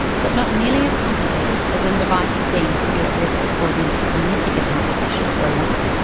but not nearly as complicated as when the device is deemed to be at risk of causing significant harm should it go wrong.